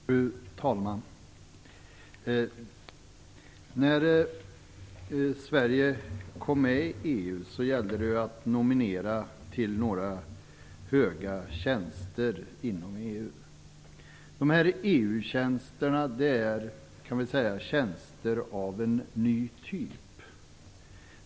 Fru talman! När Sverige kom med i EU gällde det att nominera till några höga tjänster inom EU. EU tjänsterna är tjänster av en ny typ.